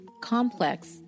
complex